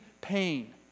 pain